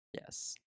Yes